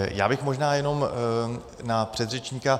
Já bych možná jenom na předřečníka.